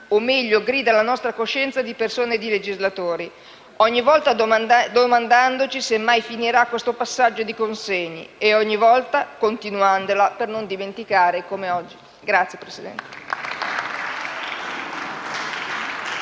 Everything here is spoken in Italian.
o meglio grida alla nostra coscienza di persone e di legislatori, ogni volta domandandoci se mai finirà questo passaggio di consegne e ogni volta continuandola per non dimenticare, come oggi. *(Applausi